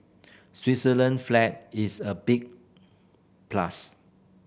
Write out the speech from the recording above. Switzerland flag is a big plus